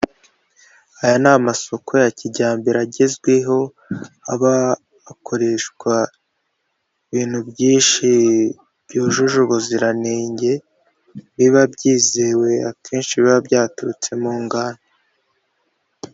Aya ni amasoko ya kijyambere agezweho haba hakoreshwa ibintu byinshi byujuje ubuziranenge, biba byizewe akenshi biba byaturutsemo nganda.